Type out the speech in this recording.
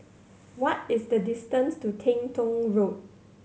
what is the distance to Teng Tong Road